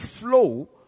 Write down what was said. flow